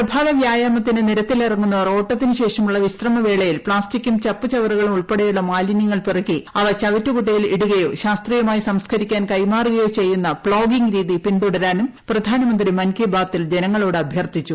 പ്രഭാതവ്യായാമത്തിന് നിരത്തിലിറങ്ങുന്നവർ ഓട്ടത്തിനു ശേഷമുള്ള വിശ്രമവേളയിൽ പ്ലാസ്റ്റിക്കും ചപ്പുചവറുകളും ഉൾപ്പെടെയുള്ള മാലിന്യങ്ങൾ പെറുക്കി അവ ചവറുകുട്ടയിൽ ഇടുകയോ ശാസ്ത്രീയമായി സംസ്കരിക്കാൻ കൈമാറുകയോ ചെയ്യുന്ന പ്ലോഗിംഗ് രീതി പിന്തുടരാനും പ്രധാനമന്ത്രി മൻ കി ബാത്തിൽ ജനങ്ങളോട് അഭ്യർത്ഥിച്ചു